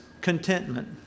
contentment